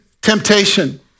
temptation